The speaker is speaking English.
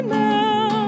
now